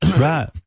Right